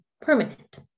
permanent